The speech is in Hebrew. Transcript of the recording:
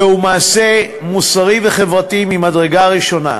זהו מעשה מוסרי וחברתי ממדרגה ראשונה.